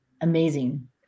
amazing